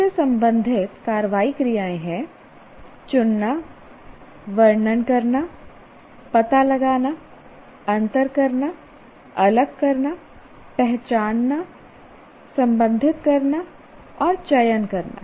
इससे संबंधित कार्रवाई क्रियाएं हैं चुनना वर्णन करना पता लगाना अंतर करना अलग करना पहचानना संबंधित करना और चयन करना